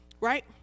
right